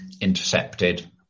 intercepted